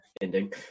ending